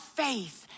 faith